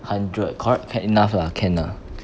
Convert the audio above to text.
hundred cor~ can enough lah can lah